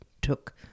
took